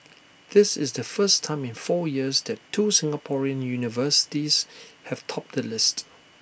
this is the first time in four years that two Singaporean universities have topped the list